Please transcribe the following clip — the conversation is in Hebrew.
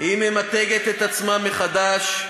היא ממתגת את עצמה מחדש.